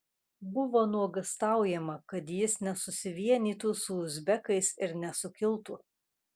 buvo nuogąstaujama kad jis nesusivienytų su uzbekais ir nesukiltų